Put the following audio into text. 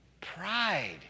Pride